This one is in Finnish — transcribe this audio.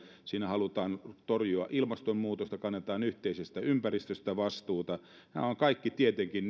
siinä halutaan torjua ilmastonmuutosta kannetaan yhteisestä ympäristöstä vastuuta nämä ovat kaikki tietenkin